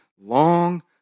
long